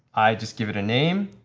i just give it a name.